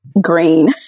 green